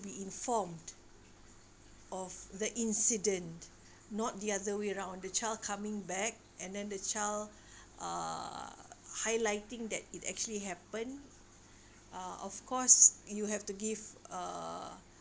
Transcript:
be informed of the incident not the other way round the child coming back and then the child uh highlighting that it actually happen uh of course you have to give uh